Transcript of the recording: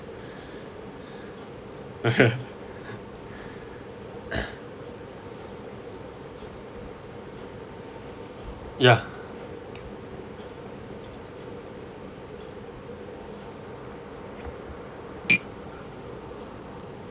ya